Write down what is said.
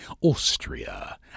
Austria